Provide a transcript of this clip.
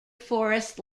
forest